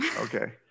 Okay